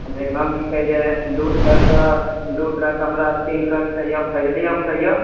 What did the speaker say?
जेकरामे की छै दू ट्रक दू ट्रक हमरा तीन ट्रक चाहिए फजली आम चाहिए